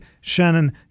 Shannon